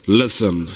listen